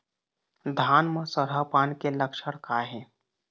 धान म सरहा पान के लक्षण का हे?